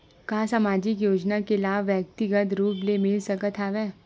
का सामाजिक योजना के लाभ व्यक्तिगत रूप ले मिल सकत हवय?